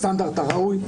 הסטנדרט הראוי.